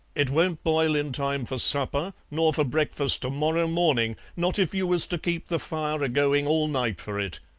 it won't boil in time for supper, nor for breakfast to-morrow morning, not if you was to keep the fire a-going all night for it,